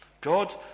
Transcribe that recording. God